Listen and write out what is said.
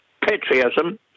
patriotism